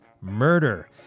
murder